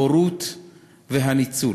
הבורות והניצול.